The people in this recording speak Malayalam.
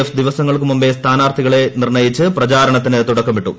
എഫ് ദിവസങ്ങൾക്കു മുമ്പെ സ്ഥാനാർത്ഥികളെ നിർണയിച്ച് പ്രചാരണത്തിന് തുടക്കമിട്ടു